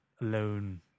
alone